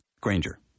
Granger